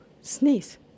sneeze